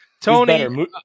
Tony